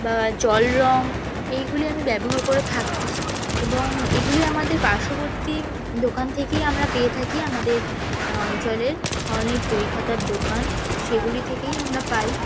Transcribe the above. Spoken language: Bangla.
বা জল রং এইগুলি আমি ব্যবহার করে থাকি এবং এগুলি আমাদের পার্শ্ববর্তী দোকান থেকেই আমরা পেয়ে থাকি আমাদের অঞ্চলের অনেক বই খাতার দোকান সেগুলি থেকেই আমরা পাই